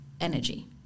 energy